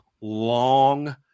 long